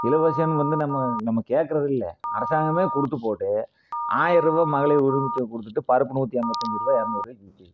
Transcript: இலவசம்னு வந்து நம்ம நம்ம கேட்குறது இல்லை அரசாங்கமே கொடுத்து போட்டு ஆயர் ரூபா மகளிர் உரிமை தொகை கொடுத்துட்டு பருப்பு நூற்றி ஐம்பத்தி அஞ்சு ரூபா இரநூறுவாய்க்கு விற்கிது